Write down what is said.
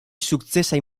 sukcesaj